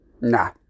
Nah